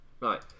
Right